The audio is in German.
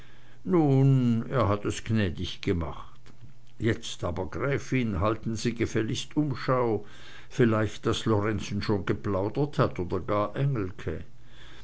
nun er hat es gnädig gemacht jetzt aber gräfin halten sie gefälligst umschau vielleicht daß lorenzen schon geplaudert hat oder gar engelke